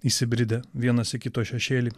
įsibridę vienas į kito šešėlį